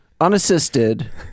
unassisted